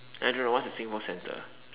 I don't know what's at Singpost centre